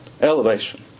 Elevation